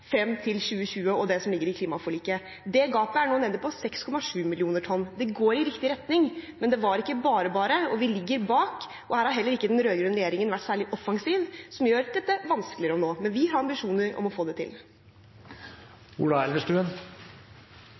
til 2020 og det som ligger i klimaforliket. Det gapet er nå nede på 6,7 mill. tonn. Det går i riktig retning, men det var ikke bare-bare, og vi ligger bak. Her har heller ikke den rød-grønne regjeringen vært særlig offensiv, som gjør dette vanskeligere å nå. Men vi har ambisjoner om å få det til.